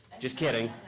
just kidding.